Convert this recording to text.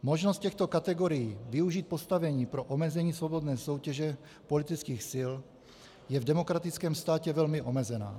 Možnost těchto kategorií využít postavení pro omezení svobodné soutěže politických sil je v demokratickém státě velmi omezená.